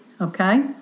Okay